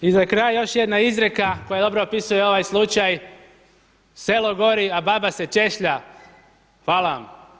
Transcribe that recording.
I za kraj još jedna izreka koja dobro opisuje ovaj slučaj „Selo gori a baba se češlja.“ Hvala vam.